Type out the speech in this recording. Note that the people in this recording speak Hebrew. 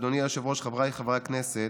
אדוני היושב-ראש, חבריי חברי הכנסת,